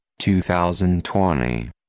2020